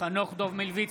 חנוך דב מלביצקי,